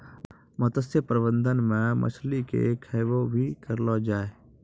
मत्स्य प्रबंधन मे मछली के खैबो भी करलो जाय